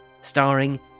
starring